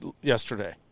yesterday